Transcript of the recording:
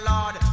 Lord